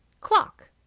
Clock